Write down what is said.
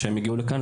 כשהם הגיעו לכאן,